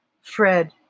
Fred